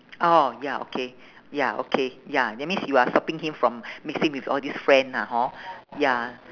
orh ya okay ya okay ya that means you're stopping him from mixing with all these friend lah hor ya